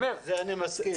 זה אני מסכים, זה משהו אחר.